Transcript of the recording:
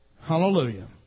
Hallelujah